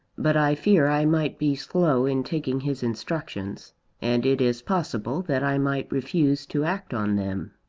but i fear i might be slow in taking his instructions and it is possible that i might refuse to act on them.